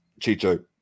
Chicho